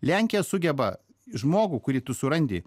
lenkija sugeba žmogų kurį tu surandi